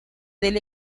del